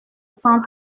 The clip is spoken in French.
cent